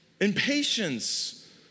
Impatience